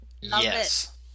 yes